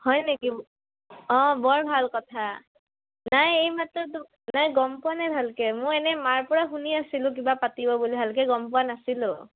হয় নেকি অঁ বৰ ভাল কথা নাই এই মাত্ৰ নাই গম পোৱা নাই ভালকে মই এনেই মাৰ পৰা শুনি আছিলোঁ কিবা পাতিব বুলি ভালকে গম পোৱা নাছিলোঁ